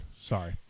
Sorry